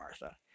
Martha